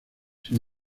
sin